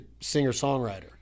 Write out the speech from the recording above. singer-songwriter